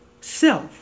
self